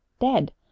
dead